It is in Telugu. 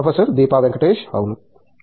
ప్రొఫెసర్ దీపా వెంకటేష్ అవును